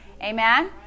Amen